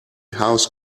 house